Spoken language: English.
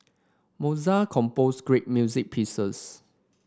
Mozart composed great music pieces